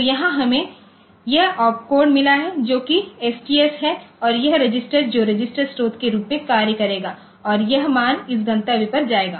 तो यहां हमें यह ओपकोड मिला है जो कि एसटीएस है और यह रजिस्टर जो रजिस्टर स्रोत के रूप में कार्य करेगा और यह मान इस गंतव्य पर जाएगा